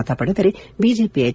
ಮತ ಪಡೆದರೆ ಬಿಜೆಪಿಯ ಹೆಚ್